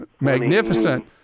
magnificent